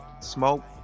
smoke